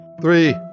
Three